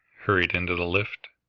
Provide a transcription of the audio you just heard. hurried into the lift,